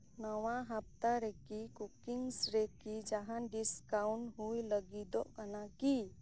ᱱᱚᱣᱟ ᱦᱟᱯᱛᱟ ᱨᱮᱠᱤ ᱠᱩᱠᱤᱥ ᱨᱮ ᱠᱤ ᱡᱟᱦᱟᱱ ᱰᱤᱥᱠᱟᱣᱩᱱᱴ ᱦᱩᱭ ᱞᱟᱹᱜᱤᱫᱚᱜ ᱠᱟᱱᱟ ᱠᱤ